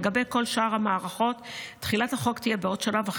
לגבי כל שאר המערכות תחילת החוק תהיה בעוד שנה וחצי,